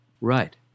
Right